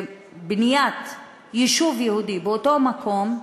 ובניית יישוב יהודי באותו מקום,